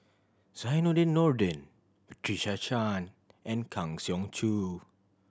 Zainudin Nordin Patricia Chan and Kang Siong Joo